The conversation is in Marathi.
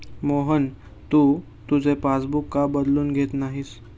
मोहन, तू तुझे पासबुक का बदलून घेत नाहीस?